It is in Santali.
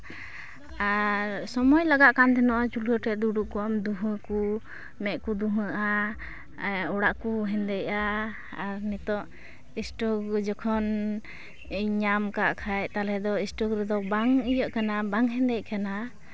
ᱟᱨ ᱥᱚᱢᱚᱭ ᱞᱟᱜᱟᱜ ᱠᱟᱱ ᱛᱟᱦᱮᱱᱚᱜᱼᱟ ᱪᱩᱞᱦᱟᱹ ᱴᱷᱮᱱ ᱫᱩᱲᱩᱵ ᱠᱚᱜᱼᱟᱢ ᱫᱩᱸᱦᱟᱹ ᱠᱚ ᱢᱮᱫ ᱠᱚ ᱫᱩᱸᱦᱟᱹᱜᱼᱟ ᱟᱨ ᱚᱲᱟᱜ ᱠᱚ ᱦᱮᱸᱫᱮᱜᱼᱟ ᱟᱨ ᱱᱤᱛᱳᱜ ᱮᱥᱴᱳᱵᱷ ᱡᱚᱠᱷᱚᱱᱤᱧ ᱟᱢ ᱠᱟᱜ ᱠᱷᱟᱱ ᱛᱟᱞᱦᱮ ᱫᱚ ᱮᱥᱴᱳᱵᱷ ᱨᱮᱫᱚ ᱵᱟᱝ ᱤᱭᱟᱹᱜ ᱠᱟᱱᱟ ᱵᱟᱝ ᱦᱮᱸᱫᱮᱜ ᱠᱟᱱᱟ